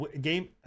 game